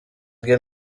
get